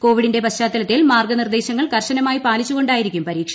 കോവിഡിന്റെ പശ്ചാത്തലത്തിൽ മാർഗ്ഗനിർദ്ദേശങ്ങൾ കർശനമായി പാലിച്ചുകൊണ്ടായിരിക്കും പരീക്ഷ